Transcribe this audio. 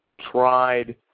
tried